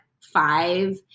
five